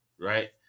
right